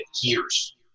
years